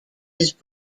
his